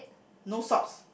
no socks